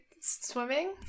swimming